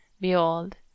Behold